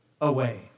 away